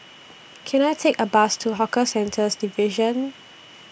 Can I Take A Bus to Hawker Centres Division